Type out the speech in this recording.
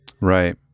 right